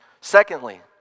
Secondly